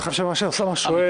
אני חושב שמה שאוסאמה שואל,